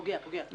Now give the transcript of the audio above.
פוגע, פוגע.